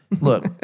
Look